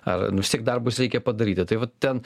ar nu vistiek darbus reikia padaryti tai vat ten